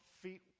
feet